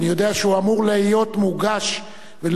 אני יודע שהוא אמור להיות מוגש ולהיות